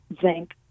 zinc